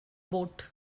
boat